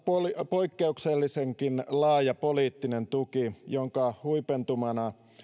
poikkeuksellisenkin laaja poliittinen tuki jonka huipentumana